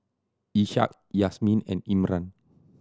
Ishak Yasmin and Imran